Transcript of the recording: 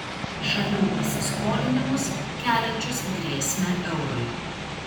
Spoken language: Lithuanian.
šalių įsiskolinimus keliančius grėsmę eurui